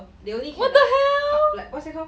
what the hell